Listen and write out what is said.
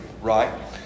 right